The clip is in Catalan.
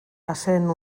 essent